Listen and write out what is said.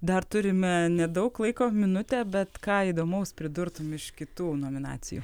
dar turime nedaug laiko minutę bet ką įdomaus pridurtum iš kitų nominacijų